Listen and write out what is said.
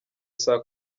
saa